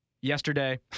Yesterday